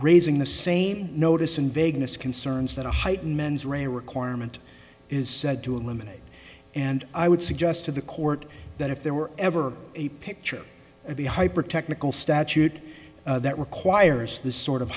raising the same notice and vagueness concerns that a heighten mens rea requirement is said to eliminate and i would suggest to the court that if there were ever a picture of the hyper technical statute that requires this sort of